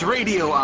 Radio